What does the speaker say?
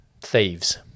Thieves